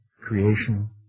creation